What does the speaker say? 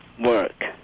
work